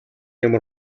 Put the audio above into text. ямар